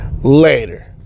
later